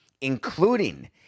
including